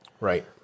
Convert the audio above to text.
Right